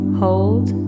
hold